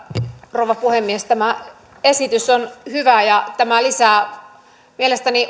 rouva puhemies tämä esitys on hyvä ja tämä lisää mielestäni